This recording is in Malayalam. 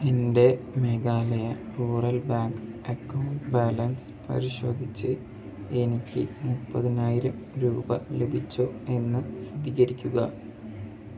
എൻ്റെ Meghalaya rural bank account balance പരിശോധിച്ച് എനിക്ക് മുപ്പതിനായിരം രൂപ ലഭിച്ചോ എന്ന് സ്ഥിതീകരിക്കുക